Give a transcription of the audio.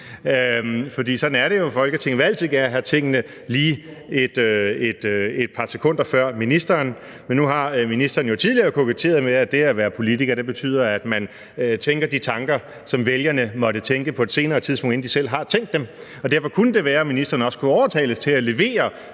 For sådan er det jo. Folketinget vil altid gerne have tingene lige et par sekunder før ministeren. Men nu har ministeren jo tidligere koketteret med, at det at være politiker betyder, at man tænker de tanker, som vælgerne måtte tænke på et senere tidspunkt, inden de selv har tænkt dem, og derfor kunne det være, at ministeren også kunne overtales til at levere